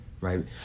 right